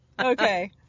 Okay